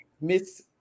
Miss